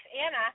Anna